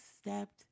stepped